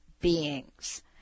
beings